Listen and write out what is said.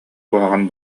куһаҕан